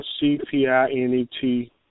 C-P-I-N-E-T